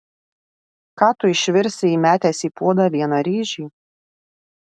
ką tu išvirsi įmetęs į puodą vieną ryžį